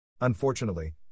Unfortunately